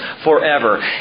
forever